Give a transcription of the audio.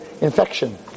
infection